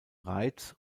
reiz